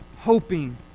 hoping